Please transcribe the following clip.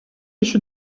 еще